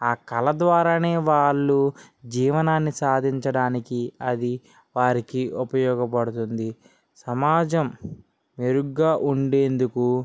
ఆ కళ ద్వారానే వాళ్ళు జీవనాన్ని సాధించడానికి అది వారికి ఉపయోగపడుతుంది సమాజం మెరుగుగా ఉండే అందుకు